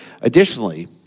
Additionally